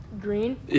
green